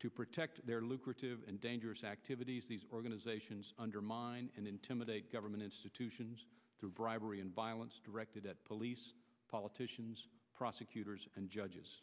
to protect their lucrative and dangerous activities these organizations undermine and intimidate government institutions through bribery and violence directed at police politicians prosecutors and judges